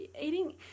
eating